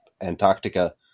Antarctica